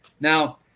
Now